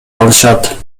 алышат